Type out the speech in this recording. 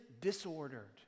disordered